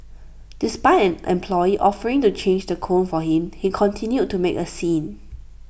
despite an employee offering to change the cone for him he continued to make A scene